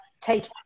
take